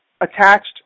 attached